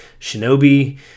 shinobi